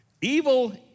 evil